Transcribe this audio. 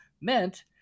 meant